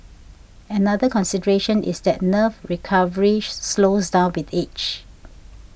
another consideration is that nerve recovery slows down with age